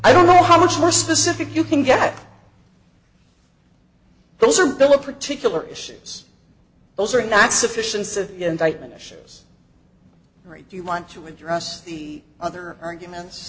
i don't know how much more specific you can get those are the look particular issues those are not sufficient and i should if you want to address the other arguments